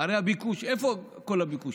איפה כל הביקושים?